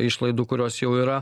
išlaidų kurios jau yra